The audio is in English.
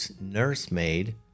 nursemaid